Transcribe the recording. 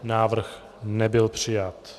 Návrh nebyl přijat.